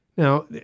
Now